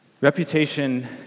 Reputation